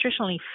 nutritionally